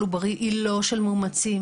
העוברי היא לאו דווקא של ילדים מאומצים,